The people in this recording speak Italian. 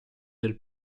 del